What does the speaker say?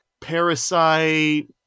parasite